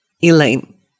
Elaine